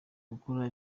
gukora